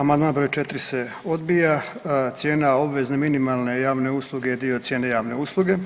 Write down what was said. Amandman br. 4 se odbija, cijena obvezne minimalne javne usluge je dio cijene javne usluge.